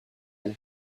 haye